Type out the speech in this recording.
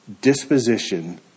disposition